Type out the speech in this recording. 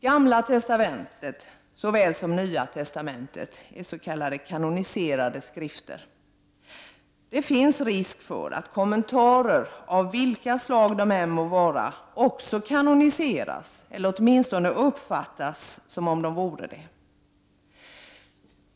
Gamla testamentet såväl som Nya testamentet är s.k. kanoniserade skrifter. Det finns risk för att kommentarer, av vilka slag de än må vara, också kanoniseras eller åtminstone uppfattas som om de vore det.